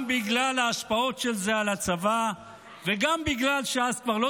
גם בגלל ההשפעות של זה על הצבא וגם בגלל שאז כבר לא